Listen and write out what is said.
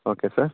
okay sir